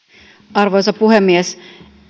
arvoisa puhemies